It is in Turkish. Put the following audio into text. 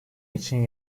için